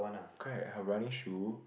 correct I have running shoe